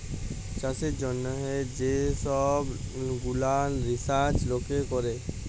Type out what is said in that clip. চাষের জ্যনহ যে সহব গুলান রিসাচ লকেরা ক্যরে